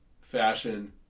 fashion